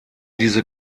diese